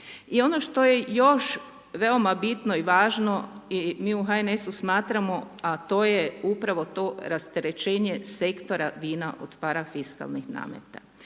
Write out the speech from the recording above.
I ono što je još veoma bitno i važno i mi u HNS-u smatramo a to je upravo to rasterećenje sektora vina od parafiskalnih nameta.